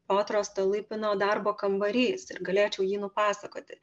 piotro stolypino darbo kambarys ir galėčiau jį nupasakoti